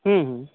हुं हुं